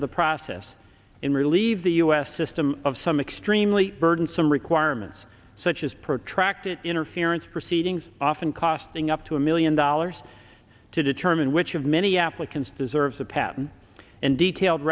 o the process in relieve the us system of some extremely burdensome requirements such as protracted interference proceedings often costing up to a million dollars to determine which of many applicants deserves a patent and detailed